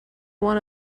one